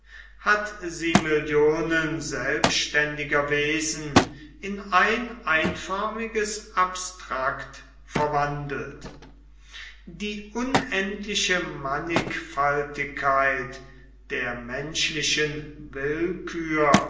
hat sie millionen selbständiger wesen in ein einförmiges abstrakt verwandelt die unendliche mannigfaltigkeit der menschlichen willkür